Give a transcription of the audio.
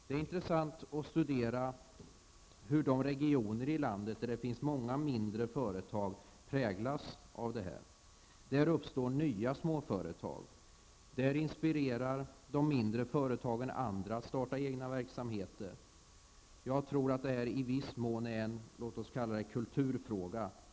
Det är intressant att studera hur de regioner i landet där det finns många mindre företag präglas av detta. Där uppstår nya småföretag. Där inspirerar de mindre företagen andra att starta egna verksamheter. Jag tror att detta i viss mån är en, låt oss kalla det, kulturfråga.